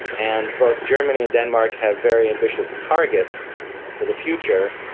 and both germany and denmark have very ambitious targets for the future.